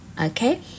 okay